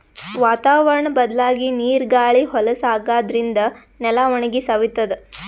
ವಾತಾವರ್ಣ್ ಬದ್ಲಾಗಿ ನೀರ್ ಗಾಳಿ ಹೊಲಸ್ ಆಗಾದ್ರಿನ್ದ ನೆಲ ಒಣಗಿ ಸವಿತದ್